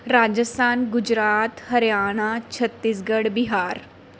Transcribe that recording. Rajasthan Gujarat Haryana Chhattisgarh Bihar